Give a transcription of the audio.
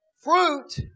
fruit